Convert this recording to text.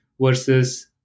versus